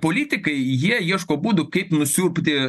tie politikai jie ieško būdų kaip nusiurbti